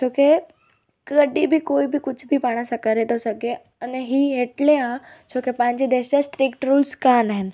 छोके कॾहिं बि कोई बि कुझु बि पाण सां करे थो सघे अने हीअ एटले आहे छोकी पंहिंजे देश जा स्ट्रिक्ट रुल्स कान्हनि